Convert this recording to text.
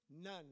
None